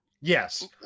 Yes